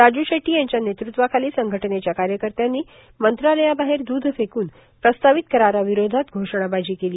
राजू शेट्टी यांच्या नेतृत्वाखाली संघटनेच्या कार्यकत्र्यांनी मंत्रालयाबाहेर दूध फेकून प्रस्तावित कराराविरोधात घोषणाबाजी केली